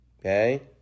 Okay